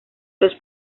los